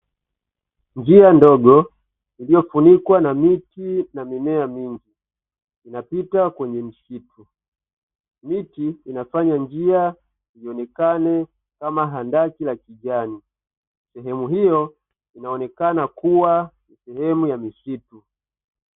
Njia ndogo, iliyofunikwa na miti na mimea mingi, inapita kwenye msitu. Miti inafanya njia ionekane kama handaki la kijani. Sehemu hiyo inaonekana kuwa ni sehemu ya misitu.